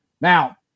Now